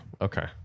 Okay